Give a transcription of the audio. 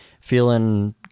feeling